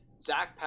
Zach